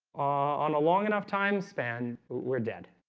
on a long enough time span we're dead